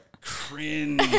cringe